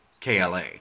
KLA